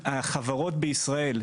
החברות בישראל,